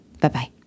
Bye-bye